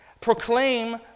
proclaim